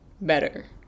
better